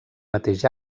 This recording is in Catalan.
mateix